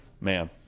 man